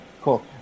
cool